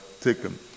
taken